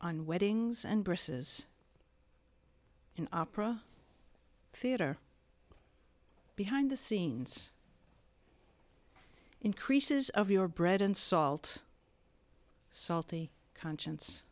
on weddings and purses in opera theater behind the scenes increases of your bread and salt salty conscience